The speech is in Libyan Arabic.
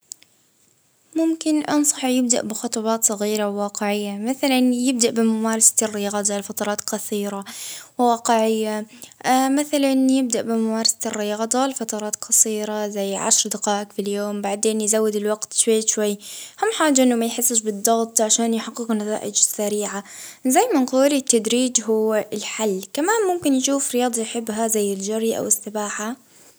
اه لما يصحى يبدأ شوية بشوية حتى تمارين عشر دقايق تخليه يتحمس، اه يجدر يلجى شريك يتمرن معاه باش تكون فكرة أخف وأحلى والهدف لازم يكون واضح جدامه اه أن تكون صحته كويسة ولياقته وطاقته.